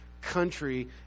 country